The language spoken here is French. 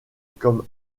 comme